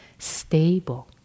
stable